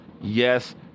yes